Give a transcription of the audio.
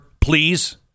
Please